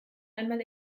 einmal